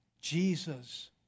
Jesus